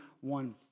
one